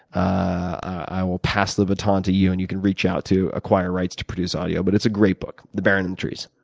i will pass the baton to you, and you can reach out to acquire rights to produce audio, but it's a great book, the baron in the trees.